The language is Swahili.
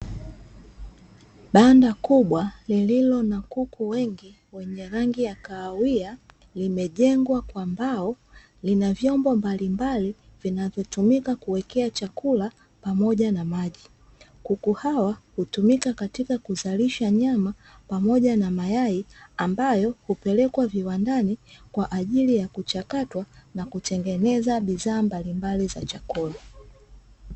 Banda kubwa lililo na kuku wengi wenye rangi ya kahawia limejengwa kwa mbao; lina vyombo mbalimbali vinavyotumika kuwekea chakula pamoja na maji, kuku hawa hutumika katika kuzalisha nyama pamoja na mayai; ambayo hupelekwa viwandani kwa ajili ya kuchakatwa na kutengeneza bidhaa mbalimbali za chakula.